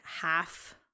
half